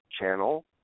Channel